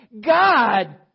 God